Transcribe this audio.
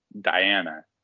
Diana